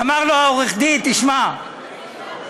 אמר לו עורך-הדין: תשמע,